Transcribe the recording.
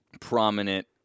prominent